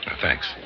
Thanks